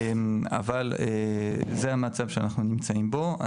זה המצב שאנחנו נמצאים בו.